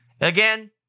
Again